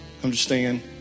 understand